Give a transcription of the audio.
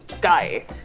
guy